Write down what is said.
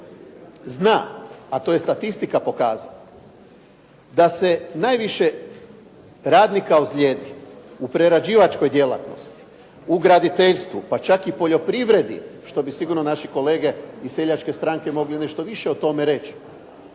zna, a to je statistika pokazala da se najviše radnika ozljedi u prerađivačkoj djelatnosti, u graditeljstvu, pa čak i poljoprivredi, što bi sigurno naši kolege iz Seljačke stranke mogli nešto više o tome reći,